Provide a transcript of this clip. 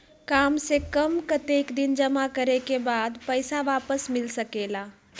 काम से कम कतेक दिन जमा करें के बाद पैसा वापस मिल सकेला?